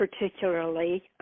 particularly